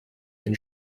ein